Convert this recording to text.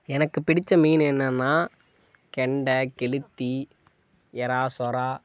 எனக்கு பிடித்த மீன் என்னென்னால் கெண்டை கெளுத்தி இறா சுறா